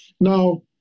Now